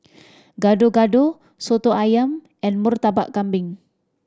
Gado Gado Soto Ayam and Murtabak Kambing